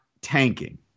tanking